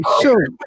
sure